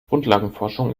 grundlagenforschung